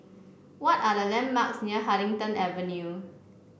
what are the landmarks near Huddington Avenue